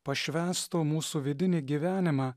pašvęstų mūsų vidinį gyvenimą